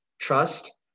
trust